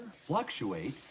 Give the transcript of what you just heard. Fluctuate